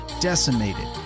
decimated